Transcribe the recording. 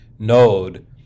Node